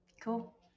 Cool